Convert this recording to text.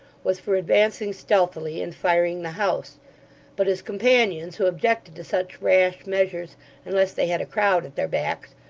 was for advancing stealthily, and firing the house but his companions, who objected to such rash measures unless they had a crowd at their backs,